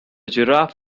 giraffe